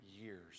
years